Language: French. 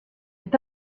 est